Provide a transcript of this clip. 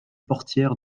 portières